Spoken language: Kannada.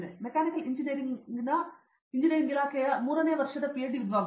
ನಾನು ಮೆಕ್ಯಾನಿಕಲ್ ಇಲಾಖೆಯಿಂದ ಮೂರನೇ ವರ್ಷ ಪಿಎಚ್ಡಿ ವಿದ್ವಾಂಸ